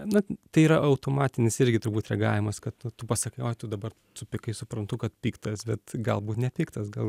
na tai yra automatinis irgi turbūt reagavimas kad tu pasakai oi tu dabar supykai suprantu kad piktas bet galbūt nepiktas gal